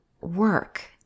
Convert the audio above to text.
work